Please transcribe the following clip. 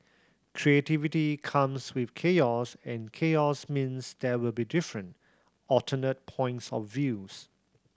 creativity comes with chaos and chaos means there will be different alternate points of views